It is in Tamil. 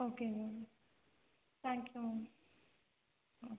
ஓகேங்க ma'am thank you ma'am ah